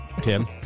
Tim